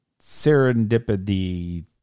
serendipity